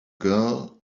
girl